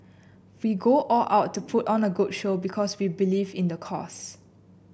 we go all out to put on a good show because we believe in the cause